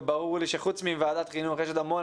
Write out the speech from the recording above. וברור לי שחוץ מוועדת חינוך יש עוד המון